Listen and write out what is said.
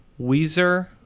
Weezer